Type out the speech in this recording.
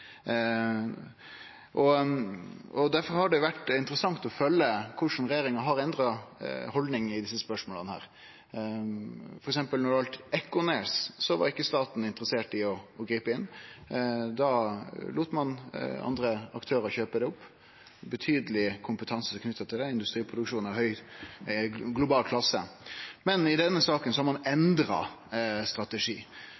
har det vore interessant å følgje med på korleis regjeringa har endra haldning i desse spørsmåla. For eksempel når det gjaldt Ekornes, var ikkje staten interessert i å gripe inn. Da lét ein andre aktørar kjøpe det opp. Det var ein betydeleg kompetanse knytt til det – industriproduksjon av høg global klasse. Men i denne saka har ein